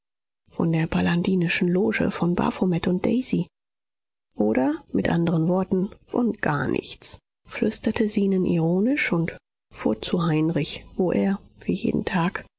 von der palladinischen loge von baphomet und daisy oder mit anderen worten von gar nichts flüsterte zenon ironisch und fuhr zu heinrich wo er wie jeden tag